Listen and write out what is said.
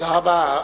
תודה רבה.